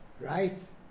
Rice